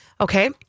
Okay